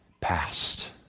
past